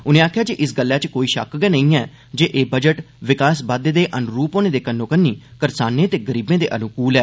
उनें आखेआ जे इस गल्लै च कोई षक गै नेईं ऐ जे एह् बजट विकास बाद्दे दे अनुरूप होने दे कन्नो कन्नी करसानें ते गरीबें दे अनुकूल ऐ